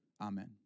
Amen